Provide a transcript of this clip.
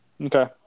Okay